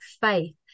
faith